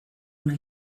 ona